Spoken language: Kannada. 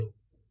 ಧನ್ಯವಾದಗಳು